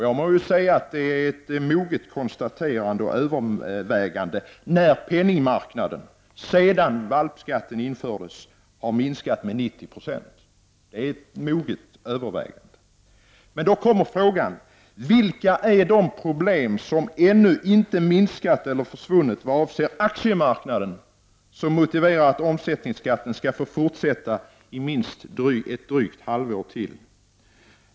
Jag må säga att det är ett moget konstaterande och övervägande, när penningmarknaden sedan valpskatten infördes har minskat med 90 26. Det är ett moget övervägande. Då kommer fråga 1: Vilka är de problem som ännu inte minskat eller försvunnit vad avser aktiemarknaden, som motiverar att omsättningsskatten skall få fortsätta i ett drygt halvår till?